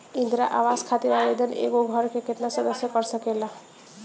इंदिरा आवास खातिर आवेदन एगो घर के केतना सदस्य कर सकेला?